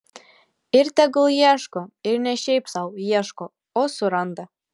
ir tegul ieško ir ne šiaip sau ieško o suranda